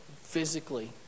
physically